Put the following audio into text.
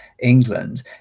England